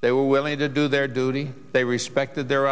they were willing to do their duty they respected their